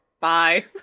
Bye